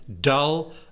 Dull